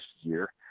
year